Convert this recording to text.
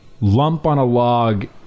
lump-on-a-log